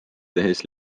tehes